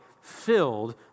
filled